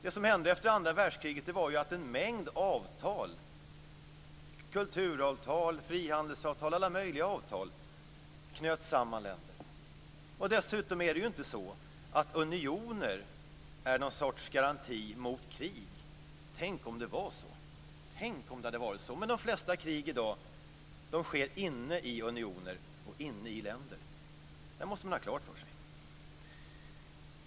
Det som hände efter andra världskriget var ju att en mängd avtal, t.ex. kulturavtal och frihandelsavtal, knöt samman länder. Dessutom är det inte så att unioner är någon sorts garanti mot krig. Tänk om det hade varit så! De flesta krig i dag sker inne i unioner och inne i länder. Det här måste man ha klart för sig.